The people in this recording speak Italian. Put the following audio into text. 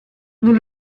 non